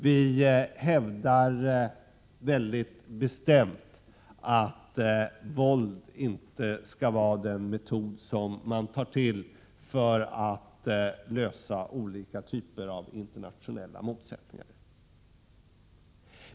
Vi hävdar mycket bestämt att våld inte skall vara den metod som man tar till för att lösa olika typer av internationella motsättningar.